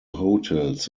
hotels